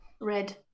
Red